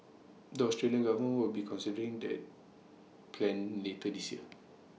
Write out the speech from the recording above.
the Australian government will be considering that plan later this year